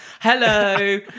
hello